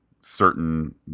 certain